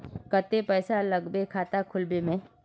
केते पैसा लगते खाता खुलबे में?